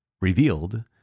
revealed